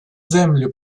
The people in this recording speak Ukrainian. землю